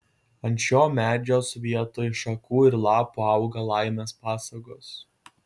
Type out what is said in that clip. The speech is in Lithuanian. ant šio medžios vietoj šakų ir lapų auga laimės pasagos